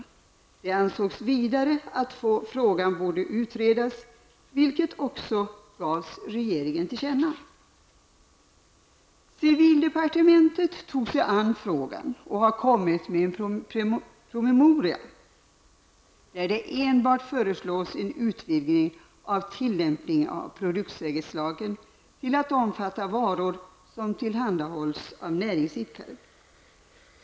Vidare ansåg man att frågan borde utredas, vilket också gavs regeringen till känna. Civildepartementet tog sig an ärendet och har kommit med en promemoria, där det enbart föreslås en utvidgning av tillämpningen av produktsäkerhetslagen, så att denna omfattar varor som tillhandahålls av näringsidkare.